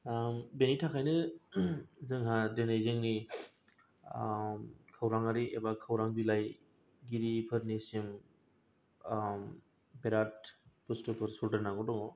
ओं बेनि थाखायनो जोंहा दिनै जोंनि खौरांआरि एबा खौरां बिलाइ गिरिफोरनिसिम बिराथ बुस्तुफोर सुद्रायनांगौ दं